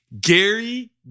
Gary